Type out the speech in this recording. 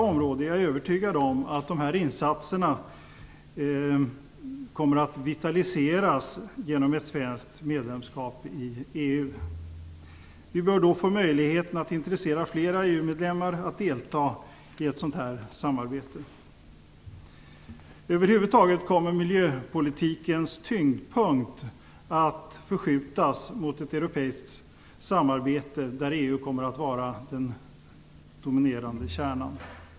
Jag är övertygad om att även dessa insatser kommer att vitaliseras genom ett svenskt medlemskap i EU. Vi bör då få möjlighet att intressera fler EU-medlemmar för att delta i detta samarbete. Över huvud taget kommer miljöpolitikens tyngdpunkt att förskjutas mot ett europeiskt samarbete, där EU kommer att vara kärnan.